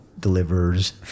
delivers